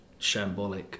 shambolic